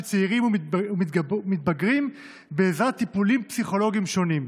צעירים ומתבגרים בעזרת טיפולים פסיכולוגיים שונים.